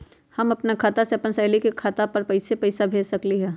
हम अपना खाता से अपन सहेली के खाता पर कइसे पैसा भेज सकली ह?